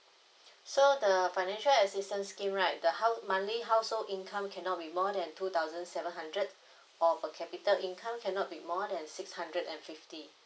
so the financial assistance scheme right the house monthly household income cannot be more than two thousand seven hundred or per capita income cannot be more than six hundred and fifty